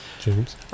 James